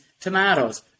tomatoes